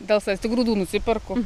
dėl savęs tik grūdų nusiperku